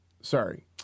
sorry